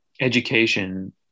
education